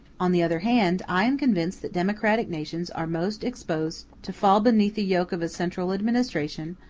on the other hand, i am convinced that democratic nations are most exposed to fall beneath the yoke of a central administration,